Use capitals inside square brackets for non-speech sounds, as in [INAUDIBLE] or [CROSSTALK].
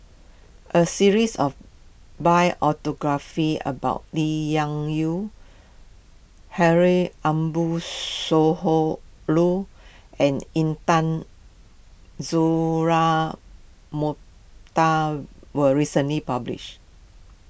a series of [UNINTELLIGIBLE] about Lee [UNINTELLIGIBLE] Yew [UNINTELLIGIBLE] Ambo [UNINTELLIGIBLE] and Intan Azura Mokhtar was recently published